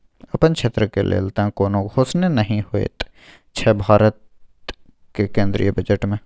अपन क्षेत्रक लेल तँ कोनो घोषणे नहि होएत छै भारतक केंद्रीय बजट मे